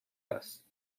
است